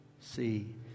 see